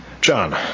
John